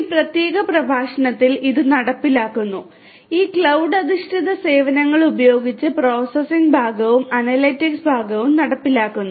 ഈ പ്രത്യേക പ്രഭാഷണത്തിൽ ഇത് നടപ്പിലാക്കുന്നു ഈ ക്ലൌഡ് അധിഷ്ഠിത സേവനങ്ങൾ ഉപയോഗിച്ച് പ്രോസസ്സിംഗ് ഭാഗവും അനലിറ്റിക്സ് ഭാഗവും നടപ്പിലാക്കുന്നു